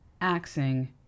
axing